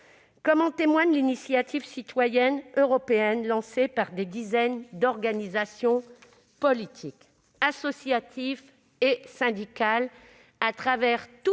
comme en témoigne l'initiative citoyenne européenne lancée par des dizaines d'organisations politiques, associatives et syndicales à travers toute l'Europe,